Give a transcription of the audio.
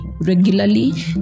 regularly